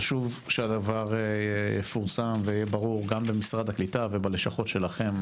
חשוב שהדבר יפורסם ויהיה ברור גם במשרד הקליטה ובלשכות שלכם,